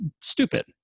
stupid